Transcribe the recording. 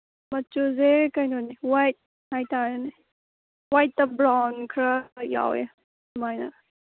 ꯃꯆꯨꯁꯦ ꯀꯩꯅꯣꯅꯤ ꯋꯥꯏꯠ ꯍꯥꯏ ꯇꯥꯔꯦꯅꯦ ꯋꯥꯏꯠꯇ ꯕ꯭ꯔꯥꯎꯟ ꯈꯔ ꯌꯥꯎꯋꯦ ꯑꯗꯨꯃꯥꯏꯅ